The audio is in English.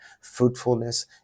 fruitfulness